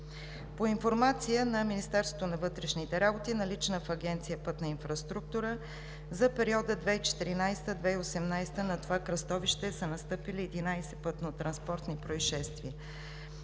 По информация на Министерството на вътрешните работи, налична в Агенция „Пътна инфраструктура“, за периода 2014 – 2018 г. на това кръстовище са настъпили 11 пътнотранспортни произшествия.